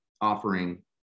offering